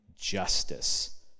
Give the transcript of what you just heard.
justice